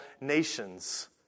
nations